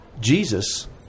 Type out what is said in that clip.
Jesus